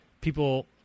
people